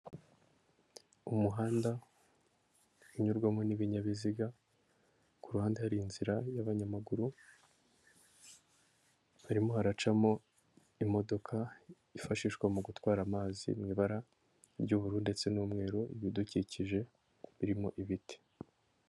umuhanda unyurwamo n'ibinyabiziga kuruhande hari inzira y'abanyamaguru harimo haracamo imodoka ifashishwa mu gutwara amazi mu ibara ry'ubururu ndetse n'umweru ibidukikije birimo ibiti.